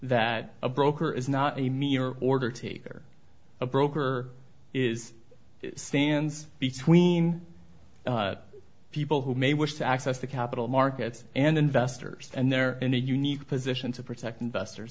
that a broker is not a me or order taker a broker is stands between people who may wish to access the capital markets and investors and they're in a unique position to protect investors